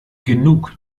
genug